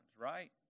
right